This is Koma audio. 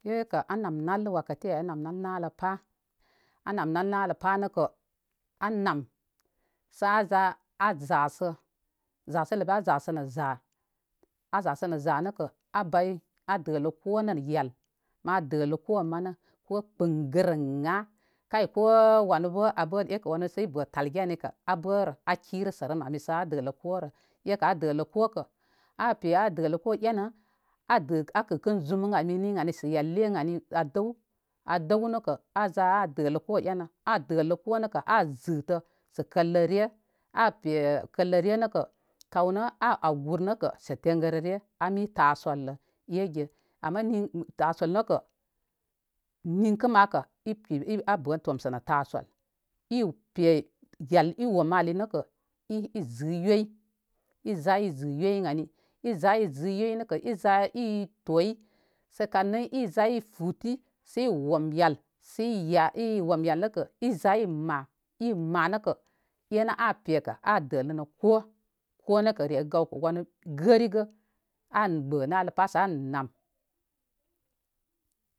Ekə an namnəl wakati ay a mamnəl nāləpa. A namnan naləpa nəkə a nam sa a za a zasə. Zasələ bə a zasə nə za'. A zasə nə za nəkə, a bay a dələ ko nə nə yab. Ma dələ ko mənə ko kpəngə rən ə kay ko' wanə bə a bərə ekə wanə sə a bə talge ani kə a barə a' kirə sərəm ami sə a dələ ko rə'. Ekə a dələ ko kə, a pe a dələ ko enə. A kə kən zum ən ani sən yəlle ən ani sən a dəw, a dəw nəkə a za a dələ ko enə. A dələ ko nəkə a zətə sə kəlləre. A' pe kəlləre nə kə kaw a' aw gur nəkə sə tengərəre a mi tasəllə ege. Ama nin tasəl nəkə nənkə makə i pir ən a bə tomsə na tasəl. Ew pe yal i womə ali nəkə i zə yəyi i za i zə yəy ən ani i za i zəy yəy nə l za i toy sə kannə i futi sə i wom yəl sə ya sə i wom yəl nəkəl za l ma'. I ma' nəkə, e nə a pekə a dələnə ko'. ko' nəkə re gawkə gərigə a gbə nələ pa' sə a nam.